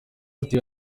ati